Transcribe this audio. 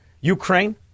Ukraine